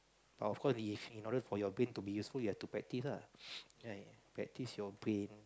of course if in order for your brain to be useful you have to practice lah right practice your brain